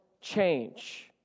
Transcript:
change